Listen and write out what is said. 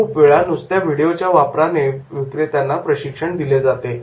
खूप वेळा नुसत्या व्हिडिओच्या वापराने विक्रेत्यांना प्रशिक्षण दिले जाते